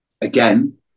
again